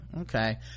okay